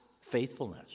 faithfulness